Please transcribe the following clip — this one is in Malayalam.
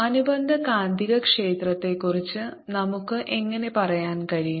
അനുബന്ധ കാന്തികക്ഷേത്രത്തെക്കുറിച്ച് നമുക്ക് എങ്ങനെ പറയാൻ കഴിയും